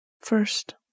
First